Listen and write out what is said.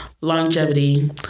longevity